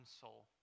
soul